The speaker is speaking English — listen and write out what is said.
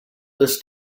this